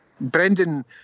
Brendan